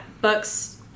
books